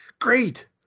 Great